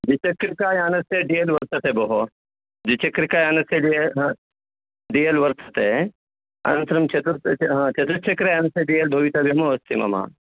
द्विचक्रिकायानस्य D L वर्तते भोः द्विचक्रिकायानस्य डी एल् ह डी एल् वर्तते अनन्तरं चतुर्थ् हा चतुश्चक्रयानस्य डी एल् भवितव्यम् अस्ति मम